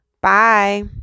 Bye